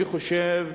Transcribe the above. אני חושב,